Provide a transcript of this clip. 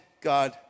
God